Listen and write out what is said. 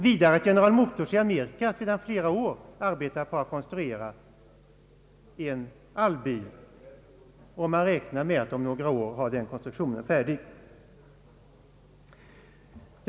Vidare arbetar General Motors i Amerika sedan flera år på att konstruera en allbil. Företaget lär räkna med att om några år ha sin konstruktion färdig.